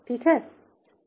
ठीक है